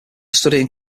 studying